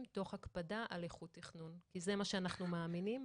תוך הקפדה על איכות תכנון כי זה מה שאנחנו מאמינים בו.